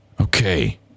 Okay